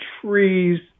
trees